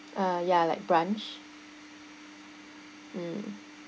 uh ya like brunch mm